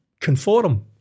conform